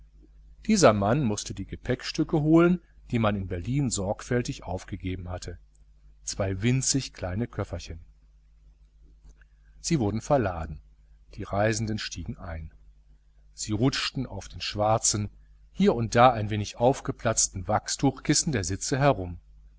dieser mann mußte die gepäckstücke holen die man in berlin sorgfältig aufgegeben hatte zwei winzig kleine köfferchen sie wurden verladen die reisenden stiegen ein sie rutschten auf den schwarzen hier und da ein wenig aufgeplatzten wachstuchkissen der sitze herum